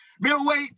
Middleweight